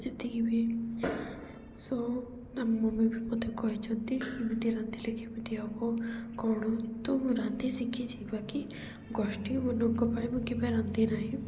ଯେତିକି ବି ସୋ ଆମ ମମି ବି ମୋତେ କହିଛନ୍ତି କେମିତି ରାନ୍ଧିଲେ କେମିତି ହବ କ'ଣ ତ ମୁଁ ରାନ୍ଧି ଶିଖି ଯିବାକି ଗୋଷ୍ଠୀ ମାନଙ୍କ ପାଇଁ ମୁଁ କେବେ ରାନ୍ଧି ନାହିଁ